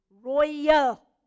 Royal